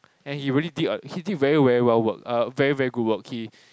and he really did a he did very very well work uh very very good work he